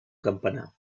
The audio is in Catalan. campanar